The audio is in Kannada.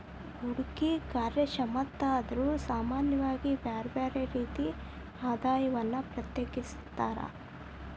ಹೂಡ್ಕಿ ಕಾರ್ಯಕ್ಷಮತಾದಾರ್ರು ಸಾಮಾನ್ಯವಾಗಿ ಬ್ಯರ್ ಬ್ಯಾರೆ ರೇತಿಯ ಆದಾಯವನ್ನ ಪ್ರತ್ಯೇಕಿಸ್ತಾರ್